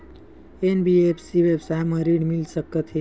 NBFC व्यवसाय मा ऋण मिल सकत हे